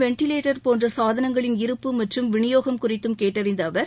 ventilator போன்றசாதனங்களின் இருப்பு மற்றும் விநியோகம் மேலம் குறித்தும் கேட்டறிந்தஅவர்